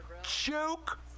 Joke